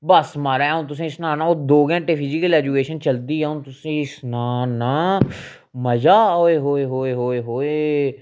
बस महाराज अ'ऊं तुसें गी सनानां ओह् दो घैंटे फिजीकल ऐजुकेशन चलदी अ'ऊं तुसेंगी सना नां मजा ओए होए होए होए